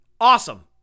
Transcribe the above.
Awesome